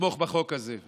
ולתמוך בחוק הזה.